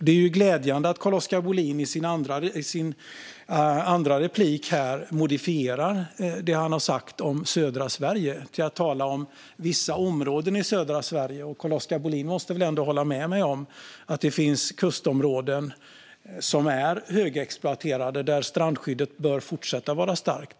Det är glädjande att Carl-Oskar Bohlin i sin andra replik modifierar det han har sagt om södra Sverige till att tala om vissa områden i södra Sverige. Carl-Oskar Bohlin måste väl ändå hålla med mig om att det finns kustområden som är högexploaterade, där strandskyddet bör fortsätta att vara starkt.